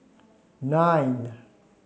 nine